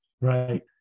Right